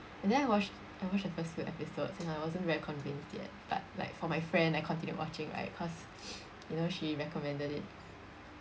and then I watched I watched the first few episodes and I wasn't very convinced yet but like for my friend I continued watching right cause you know she recommended it